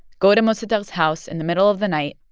go to mossadegh's house in the middle of the night,